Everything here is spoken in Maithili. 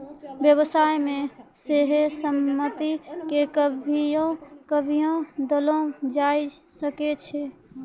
व्यवसाय मे सेहो सहमति के कभियो कभियो देलो जाय सकै छै